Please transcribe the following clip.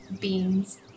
Beans